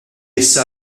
issa